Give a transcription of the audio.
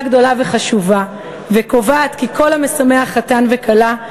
גדולה וחשובה וקובעת כי "כל המשמח חתן וכלה,